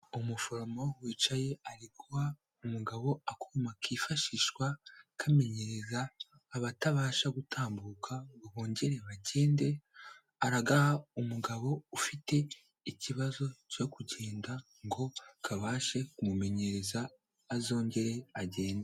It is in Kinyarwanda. Umuforomo wicaye ari guha umugabo akuma kifashishwa kamenyereza abatabasha gutambuka ngo bongere bagende, aragaha umugabo ufite ikibazo cyo kugenda ngo kabashe kumumenyereza azongere agende.